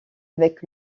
avec